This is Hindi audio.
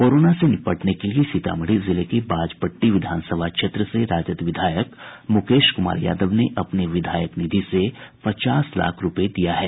कोरोना से निपटने के लिये सीतामढ़ी जिले के बाजपट़टी विधानसभा क्षेत्र से राजद विधायक मुकेश कुमार यादव ने अपने विधायक निधि से पचास लाख रूपये दिया है